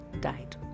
died